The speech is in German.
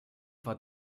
war